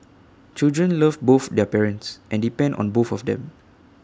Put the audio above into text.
children love both their parents and depend on both of them